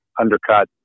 undercut